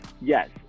yes